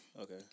Okay